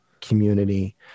community